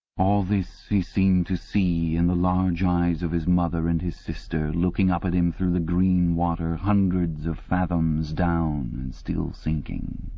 all this he seemed to see in the large eyes of his mother and his sister, looking up at him through the green water, hundreds of fathoms down and still sinking.